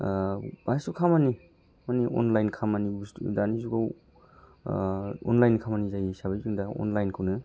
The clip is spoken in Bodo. गासिबो खामानि मानि अनलाइन खामानि बुस्थु दानि जुगाव अनलाइन खामानि जायो हिसाबै जों दा अनलाइनखौनो